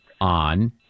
on